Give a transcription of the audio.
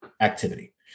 activity